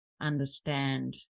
understand